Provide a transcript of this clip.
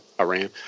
Iran